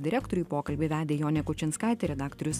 direktoriui pokalbį vedė jonė kučinskaitė redaktorius